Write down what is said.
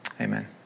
Amen